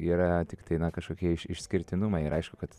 yra tiktai na kažkokie iš išskirtinumai ir aišku kad